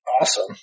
Awesome